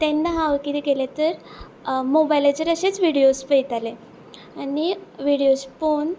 ते तेन्ना हांव कितें केलें तर मोबायलाचेर अशेच विडिओस पळतालें आनी विडिओस पळोवन